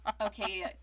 okay